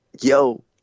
yo